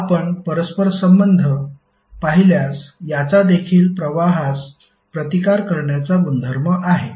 आपण परस्परसंबंध पाहिल्यास याचा देखील प्रवाहास प्रतिकार करण्याचा गुणधर्म आहे